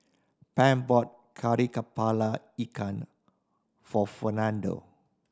Pam bought Kari Kepala Ikan for Fernando